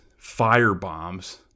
firebombs